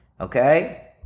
Okay